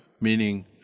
meaning